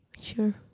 sure